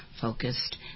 focused